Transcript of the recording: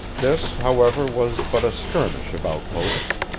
this, however, was but a skirmish of outposts.